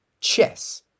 chess